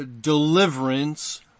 deliverance